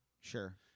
sure